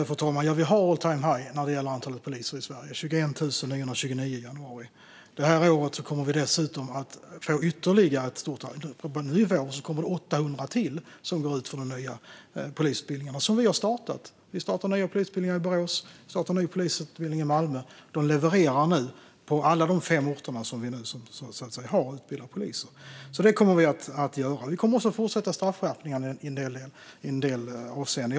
Fru talman! Ja, vi har all-time-high när det gäller antalet poliser i Sverige. Antalet poliser var 21 929 i januari. Det här året kommer vi dessutom att få ytterligare 800, som går ut från de nya polisutbildningarna som vi har startat i Borås och Malmö. Polisutbildningarna levererar nu på alla de fem orter där de finns. Vi kommer också att fortsätta med straffskärpningarna i en del avseenden.